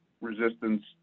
resistance